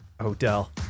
Odell